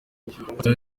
fata